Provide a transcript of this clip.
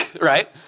right